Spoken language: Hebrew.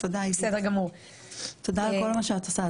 תודה על כל מה שאת עושה.